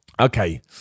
Okay